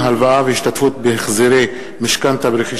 ברשות